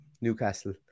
Newcastle